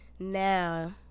Now